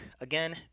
again